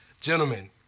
gentlemen